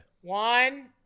One